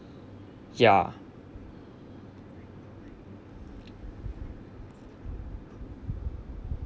ya